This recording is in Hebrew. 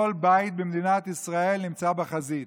כל בית במדינת ישראל נמצא בחזית.